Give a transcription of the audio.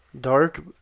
dark